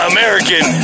American